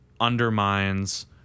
undermines